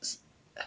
it's